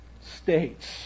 states